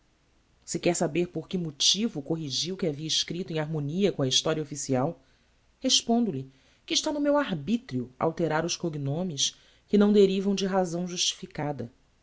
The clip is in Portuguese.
se quer saber por que motivo corrigi o que havia escripto em harmonia com a historia official respondo lhe que está no meu arbitrio alterar os cognomes que não derivam de razão justificada